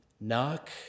Knock